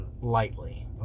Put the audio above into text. lightly